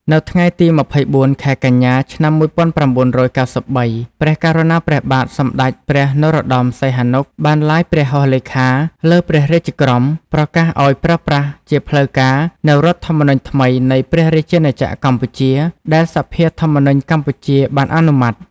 នៅថ្ងៃទី២៤ ខែកញ្ញា ឆ្នាំ១៩៩៣ ព្រះករុណាព្រះបាទសម្តេចព្រះនរោត្តម សីហនុ បាន ឡាយព្រះហស្ថលេខាលើព្រះរាជក្រមប្រកាសឱ្យប្រើប្រាស់ជាផ្លូវការ នូវរដ្ឋធម្មនុញ្ញថ្មី នៃព្រះ រាជាណាក្រកម្ពុជា ដែលសភាធម្មនុញ្ញកម្ពុជាបានអនុម័ត។